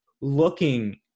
looking